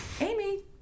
Amy